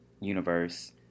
universe